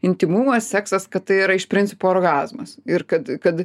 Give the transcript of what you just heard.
intymumas seksas kad tai yra iš principo orgazmas ir kad kad